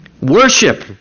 Worship